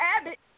Abbott